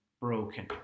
broken